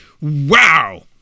Wow